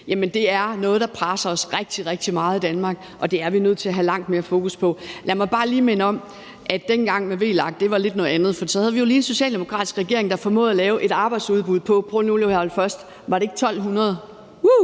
i min tale, er noget, der presser os rigtig, rigtig meget i Danmark, og det er vi nødt til at have langt mere fokus på. Lad mig bare lige minde om, at dengang med VLAK-regeringen var det lidt noget andet, for så havde vi jo lige en socialdemokratisk regering, der formåede at lave et arbejdsudbud på, og prøv nu lige at holde fast, var det ikke 1.200? Uuh!